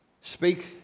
speak